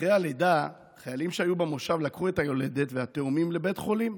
אחרי הלידה חיילים שהיו במושב לקחו את היולדת והתאומים לבית חולים.